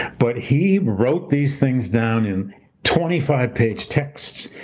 but he wrote these things down in twenty five page texts,